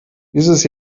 dieses